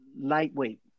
Lightweight